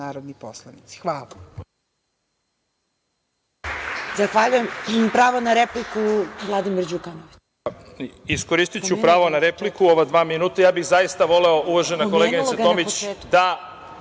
narodni poslanici. Hvala.